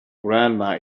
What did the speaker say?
grandma